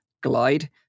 Glide